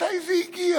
מתי זה הגיע?